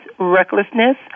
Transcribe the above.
recklessness